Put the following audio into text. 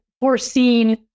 foreseen